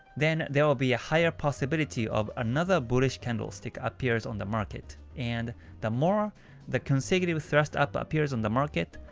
then there will be a higher possibility of another bullish candle stick appears on the market. and the more the consecutive thrust up ah appears on the market,